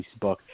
Facebook